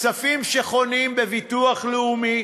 כספים שחונים בביטוח לאומי.